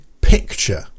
picture